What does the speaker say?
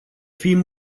fim